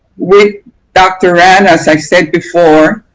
with dr. rand, as i said before,